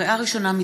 לקריאה ראשונה,